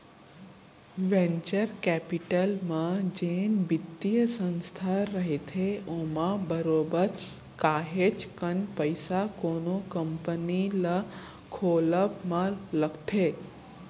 venture capital म जेन बित्तीय संस्था रहिथे ओमा बरोबर काहेच कन पइसा कोनो कंपनी ल खोलब म लगथे